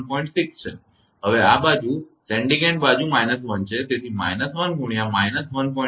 6 છે અને હવે આ બાજુ સેન્ડીંગ એન્ડ બાજુ 1 છે તેથી −1 × −1